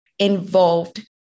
Involved